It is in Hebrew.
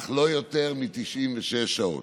אך לא יותר מ-96 שעות.